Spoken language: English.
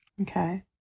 Okay